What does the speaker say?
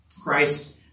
Christ